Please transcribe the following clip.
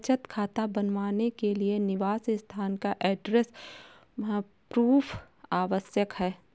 बचत खाता बनवाने के लिए निवास स्थान का एड्रेस प्रूफ आवश्यक है